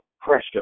pressure